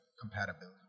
compatibility